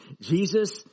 Jesus